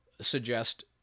suggest